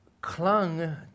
clung